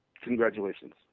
Congratulations